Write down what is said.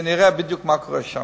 שאני אראה בדיוק מה קורה שם.